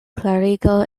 klarigo